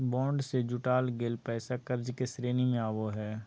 bond से जुटाल गेल पैसा कर्ज के श्रेणी में आवो हइ